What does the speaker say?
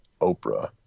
Oprah